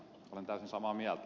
olen täysin samaa mieltä